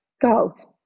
girls